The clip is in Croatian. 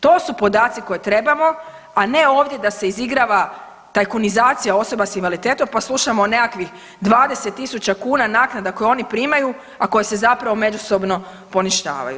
To su podaci koje trebamo, a ne ovdje da se izigrava tajkunizacija osoba s invaliditetom pa slušamo o nekakvih 20 tisuća kuna naknada koje oni primaju, a koje se zapravo međusobno poništavaju.